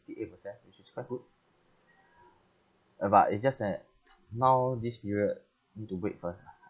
eight percent which is quite good uh but it just that now this period need to wait first lah